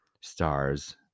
stars